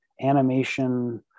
animation